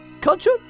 culture